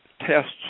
tests